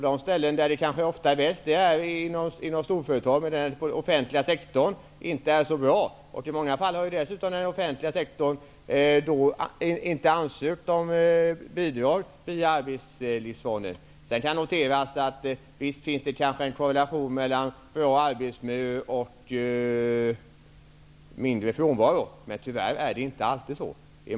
Verksamheten är ofta bäst inom storföretagen, medan den inom den offentliga sektorn tyvärr inte är så bra. I många fall har den offentliga sektorn inte ansökt om bidrag från Arbetslivsfonden. Det kan i detta sammanhang noteras att det visst finns en korrelation mellan bra arbetsmiljö och mindre frånvaro, men att det tyvärr inte alltid är så.